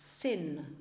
sin